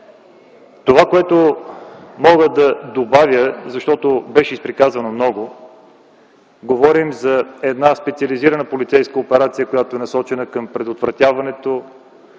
Това, което мога да добавя, защото беше изприказвано много, говорим за една специализирана полицейска операция, която е насочена към предотвратяването